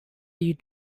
you